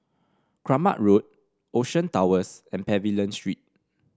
Kramat Road Ocean Towers and Pavilion Street